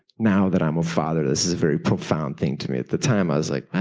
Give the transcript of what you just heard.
now that i am a father, this is a very profound thing to me. at the time i was like,